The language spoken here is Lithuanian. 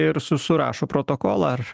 ir su surašo protokolą